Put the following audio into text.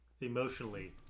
Emotionally